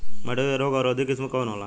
मटर के रोग अवरोधी किस्म कौन होला?